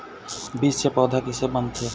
बीज से पौधा कैसे बनथे?